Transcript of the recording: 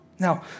Now